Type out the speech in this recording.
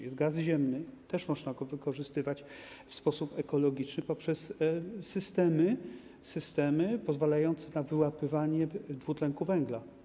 Jest gaz ziemny - też można go wykorzystywać w sposób ekologiczny poprzez systemy pozwalające na wyłapywanie dwutlenku węgla.